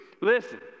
Listen